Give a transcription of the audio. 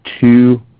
two